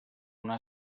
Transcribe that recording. una